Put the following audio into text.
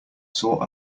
saw